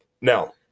Now